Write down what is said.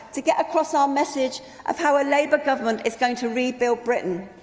to get across our message of how a labour government is going to rebuild britain.